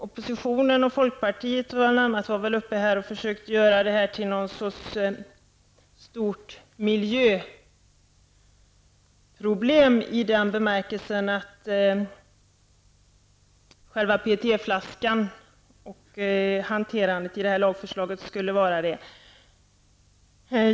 Oppositionen med bl.a. folkpartiet har föreslagit att denna fråga skall göras till ett stort miljöproblem i den bemärkelsen att själva PET flaskan och hanteringen av den PET-flaskan och hanteringen i lagförslaget skulle utgör ett stort problem.